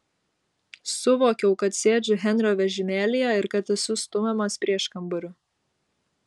suvokiau kad sėdžiu henrio vežimėlyje ir kad esu stumiamas prieškambariu